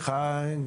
בבקשה.